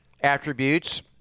attributes